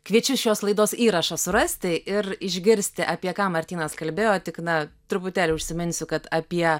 kviečiu šios laidos įrašą surasti ir išgirsti apie ką martynas kalbėjo tik na truputėlį užsiminsiu kad apie